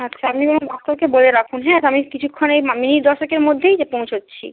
আচ্ছা আপনি বরং ডাক্তারকে বলে রাখুন হ্যাঁ তো আমি কিছুক্ষণেই মা মিনিট দশেকের মধ্যেই এসে পৌঁছোচ্ছি